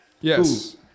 Yes